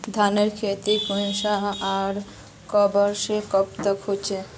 धानेर खेती कुंसम आर कब से कब तक होचे?